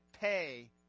pay